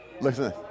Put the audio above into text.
Listen